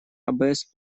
абс